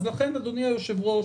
לכן, אדוני היושב-ראש,